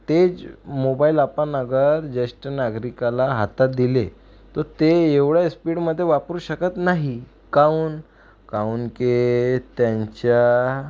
तेच मोबाईल आपण अगर ज्येष्ठ नागरिकाला हातात दिले त ते एवढ्या स्पीडमध्ये वापरू शकत नाही काउन काउन के त्यांच्या